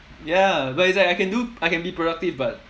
ya but it's like I can do I can be productive but